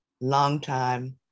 longtime